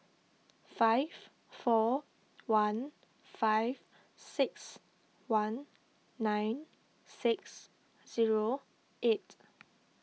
five four one five six one nine six zero eight